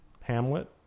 hamlet